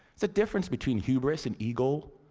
so difference between hubris, and ego,